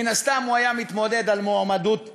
מן הסתם הוא היה מתמודד על מועמדות המפלגה,